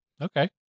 Okay